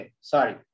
Sorry